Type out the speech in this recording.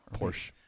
Porsche